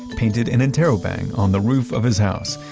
painted an interrobang on the roof of his house.